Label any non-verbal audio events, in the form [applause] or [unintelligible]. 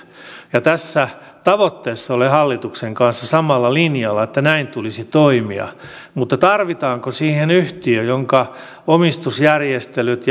tässä tavoitteessa olen hallituksen kanssa samalla linjalla että näin tulisi toimia mutta tarvitaanko siihen yhtiö jonka omistusjärjestelyt [unintelligible]